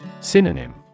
Synonym